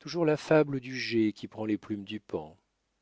toujours la fable du geai qui prend les plumes du paon